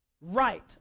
right